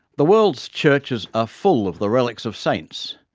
the world's churches are full of the relics of saints,